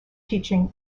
teaching